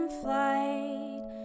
flight